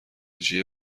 جیه